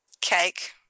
Cake